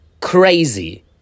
crazy